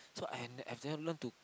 so I have I've never learned to